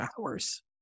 hours